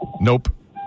Nope